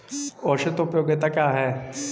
औसत उपयोगिता क्या है?